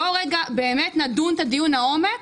בואו באמת נדון את הדיון לעומק